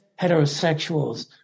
heterosexuals